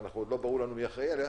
ועוד לא ברור לנו מי אחראי עליה,